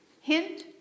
Hint